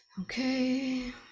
okay